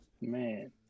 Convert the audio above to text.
Man